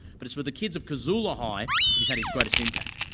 but it's with the kids of casula high that he's had his greatest impact.